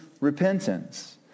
repentance